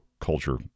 culture